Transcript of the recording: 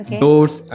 doors